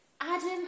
Adam